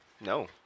no